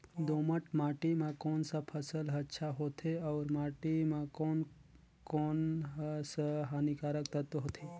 दोमट माटी मां कोन सा फसल ह अच्छा होथे अउर माटी म कोन कोन स हानिकारक तत्व होथे?